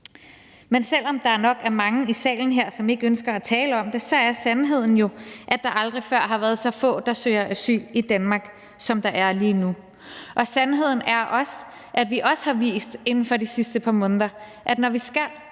Men selv om der nok er mange i salen her, som ikke ønsker at tale om det, så er sandheden jo, at der aldrig før har været så få, der søger asyl i Danmark, som der er lige nu. Sandheden er også, at vi også inden for de sidste par måneder har vist, at når vi skal,